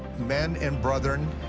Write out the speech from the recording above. men and brethren,